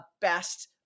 best